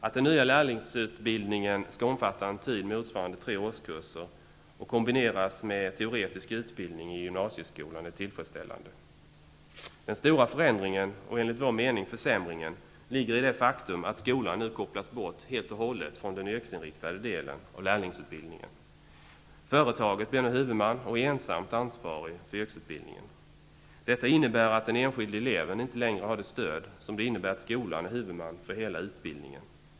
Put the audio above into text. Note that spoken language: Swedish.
Att den nya lärlingsutbildningen skall omfatta en tid motsvarande tre årskurser och kombineras med teoretisk utbildning i gymnasieskolan är tillfredsställande. Den stora förändringen -- och enligt vår mening försämringen -- ligger i det faktum att skolan nu kopplas bort helt och hållet från den yrkesinriktade delen av lärlingsutbildningen. Företaget blir nu huvudman och ensamt ansvarigt för yrkesutbildningen. Detta innebär att den enskilde eleven inte längre har det stöd som det innebär att skolan är huvudman för hela utbildningen.